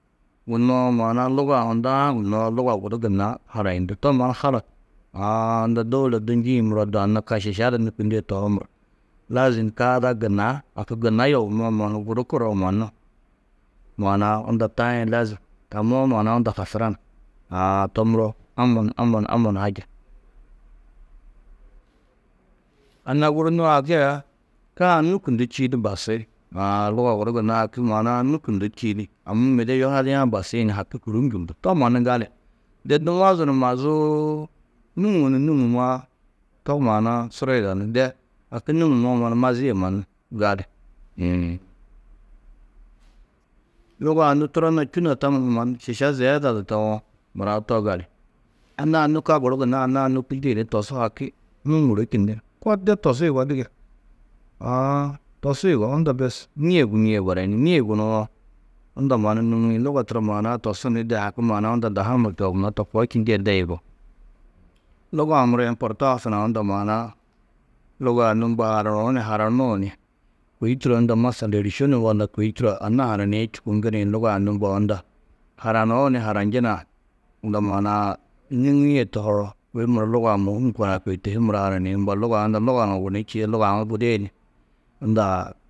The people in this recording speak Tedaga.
Gunnoó maana-ã luga-ã hundaã gunnoó luga guru gunna harayundú. To mannu halut, aã unda dôula du njîĩ muro, du anna ka šiša du nûkundie tohoo muro lazim ka ada gunna haki gunna yobumoó mannu, guru koroo mannu maana-ã unda taĩ lazim. Tammoó maana-ã unda hasuran. Aã to muro. Aman aman haje. Anna guru nû haki aya ka-ã nûkundú čîidi basi. Aã luga guru gunna maana-ã nûkundú čîidi amma mêde yuhadiã basi ni haki hûrumnjundú. To mannu gali. De nû mazu ni mazuú, nûŋuu ni nûŋumaá, to maana-ã suru yidanú. De haki nûŋumoó mannu mazîe mannu gali. Uũ. Luga-ã nû turo na čû na tamma du mannu šiša ziyeda du tawo, mura du to gali. Anna-ã nû ka guru gunna anna-ã nûkundi ni tosu haki, nûŋurú kinni. Ko de tosu yugó dige. Aã, tosu yugó, unda bes nîe gunîe barayini. Nîe gunuwo, unda mannu nûŋiĩ. Luga turo maana-ã tosu ni de haki maana-ã unda dahu numa čoobunnó, to koo čindîe de yugó. Luga-ã muro emportãs hunã unda maana-ã lugaa mbo haranuú ni haranuũ ni kôi tuiro unda masal êrišenuũ walla, kôi turo anna haraniĩ čûku ŋgirĩ luga-ã nû mbo unda haranuú ni haranjinã unda maana-ã nîŋie tohoo, kôi muro luga-ã mûhum korã, kôi tô hi muro haraniĩ. Mbo luga-ã unda luga nuũ gunú čîi, luga aũ gudii ni, unda.